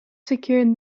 secured